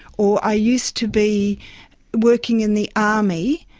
or i used to be working in the army,